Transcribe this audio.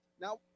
Now